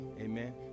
Amen